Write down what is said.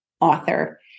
author